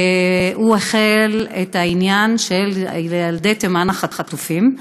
שהחל את העניין של ילדי תימן החטופים.